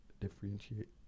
Differentiate